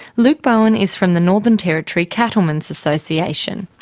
luke bowen is from the northern territory cattlemen's association.